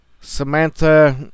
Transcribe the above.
Samantha